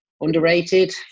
Underrated